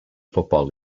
football